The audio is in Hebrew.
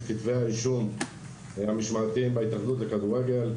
כתבי האישום המשמעתיים בהתאחדות לכדורגל.